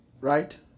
Right